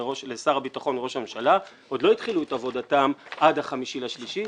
לשר הביטחון וראש הממשלה לא התחילו את עבודתם עד ה-5 במרץ,